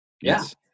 yes